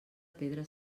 pedra